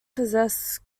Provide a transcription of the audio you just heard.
possess